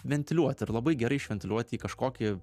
ventiliuoti ir labai gerai išventiliuoti į kažkokį